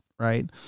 Right